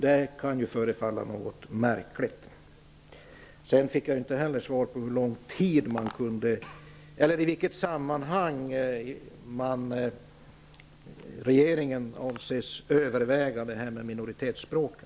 Det kan förefalla något märkligt. Sedan fick jag heller inte svar på i vilket sammanhang regeringen avses överväga frågan om minoritetsspråken.